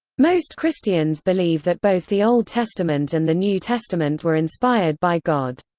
most christians believe that both the old testament and the new testament were inspired by god.